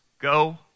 go